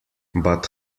but